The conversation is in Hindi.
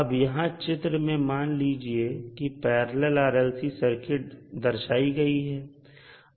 अब यहां चित्र में मान लीजिए पैरलल RLC सर्किट दर्शाई गई है